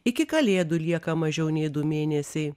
iki kalėdų lieka mažiau nei du mėnesiai